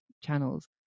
channels